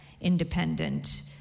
independent